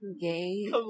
Gay